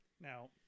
now